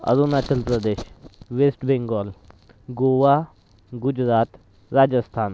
Arunachal Pradesh west Bengal Goa Gujarat Rajasthan